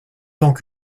donc